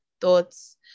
thoughts